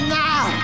now